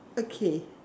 okay